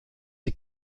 the